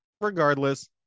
regardless